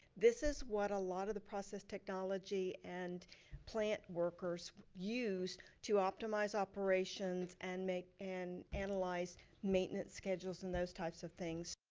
this is what a lot of the process technology and plant workers use to optimize operations and and analyze maintenance schedules and those types of things.